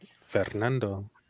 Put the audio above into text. Fernando